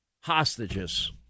hostages